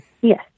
Yes